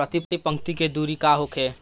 प्रति पंक्ति के दूरी का होखे?